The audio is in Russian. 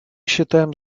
считаем